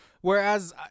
Whereas